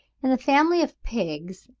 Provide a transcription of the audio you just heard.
in the family of pigs,